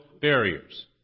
barriers